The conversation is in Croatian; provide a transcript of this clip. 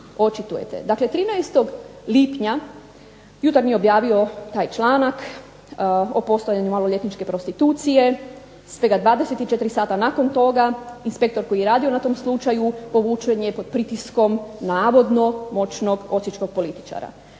očitujete. Dakle, 13. lipnja Jutarnji je objavio taj članak o postojanju maloljetničke prostitucije. Svega 24 sata nakon toga inspektor koji je radio na tom slučaju povučen je pod pritiskom navodno moćnog osječkog političara.